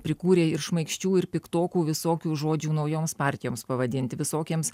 prikūrė ir šmaikščių ir piktokų visokių žodžių naujoms partijoms pavadinti visokiems